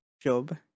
job